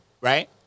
right